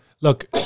look